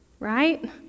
Right